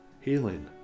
healing